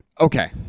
Okay